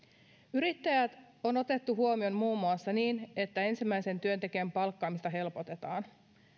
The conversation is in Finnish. yrittäjät on otettu huomioon muun muassa niin että ensimmäisen työntekijän palkkaamista helpotetaan